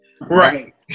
Right